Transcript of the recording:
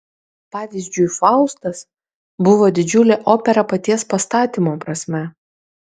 pavyzdžiui faustas buvo didžiulė opera paties pastatymo prasme